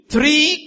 Three